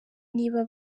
niba